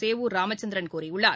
சேவூர் ராமச்சந்திரன் கூறியுள்ளார்